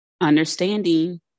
Understanding